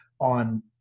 on